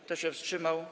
Kto się wstrzymał?